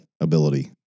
ability